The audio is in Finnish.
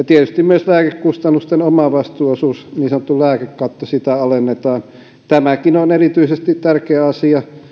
tietysti myös lääkekustannusten omavastuuosuus niin sanottu lääkekatto sitä alennetaan tämäkin on erityisesti tärkeä asia